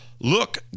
Look